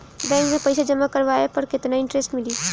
Bank में पईसा जमा करवाये पर केतना इन्टरेस्ट मिली?